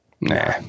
Nah